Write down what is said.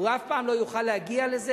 הוא אף פעם לא יוכל להגיע לזה,